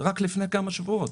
רק לפני כמה שבועות,